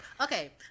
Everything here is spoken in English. Okay